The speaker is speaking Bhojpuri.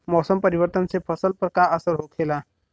मौसम परिवर्तन से फसल पर का असर होखेला?